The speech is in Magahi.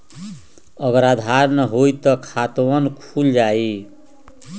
अगर आधार न होई त खातवन खुल जाई?